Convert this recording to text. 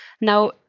Now